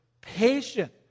patient